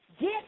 Get